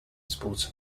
sports